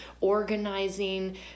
organizing